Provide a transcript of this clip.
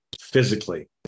physically